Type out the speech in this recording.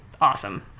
awesome